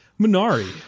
Minari